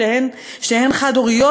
שתיהן חד-הוריות,